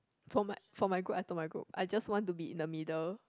for my for my group I told my group I just want to be in the middle